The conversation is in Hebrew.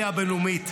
ולקהילה הבין-לאומית,